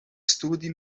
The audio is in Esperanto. studi